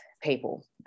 people